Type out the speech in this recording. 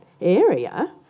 area